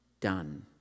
done